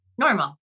normal